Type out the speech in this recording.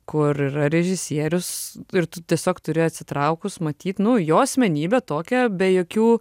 kur yra režisierius ir tu tiesiog turi atsitraukus matyt nu jo asmenybę tokią be jokių